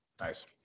Nice